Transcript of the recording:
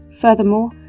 Furthermore